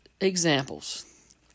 examples